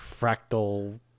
fractal